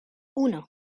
uno